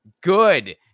good